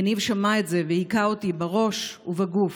יניב שמע את זה והכה אותי בראש ובגוף.